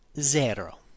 zero